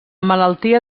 malaltia